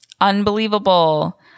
Unbelievable